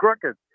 crooked